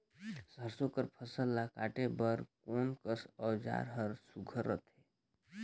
सरसो कर फसल ला काटे बर कोन कस औजार हर सुघ्घर रथे?